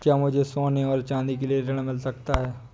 क्या मुझे सोने और चाँदी के लिए ऋण मिल सकता है?